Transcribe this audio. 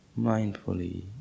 mindfully